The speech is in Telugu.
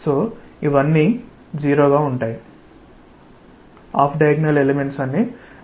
కాబట్టి ఇవన్నీ సున్నాలు